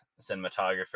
cinematographer